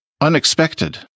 unexpected